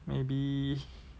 maybe